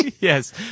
Yes